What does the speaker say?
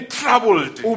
troubled